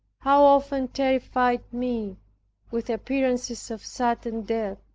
how often terrified me with appearances of sudden death!